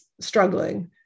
struggling